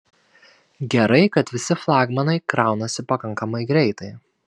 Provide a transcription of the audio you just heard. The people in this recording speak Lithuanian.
gerai kad visi flagmanai kraunasi pakankamai greitai